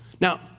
Now